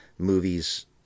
movies